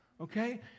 okay